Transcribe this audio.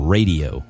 Radio